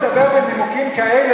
הוא יושב ומדבר בנימוקים כאלה,